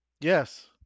Yes